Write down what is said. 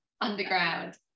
Underground